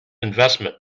investment